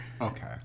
okay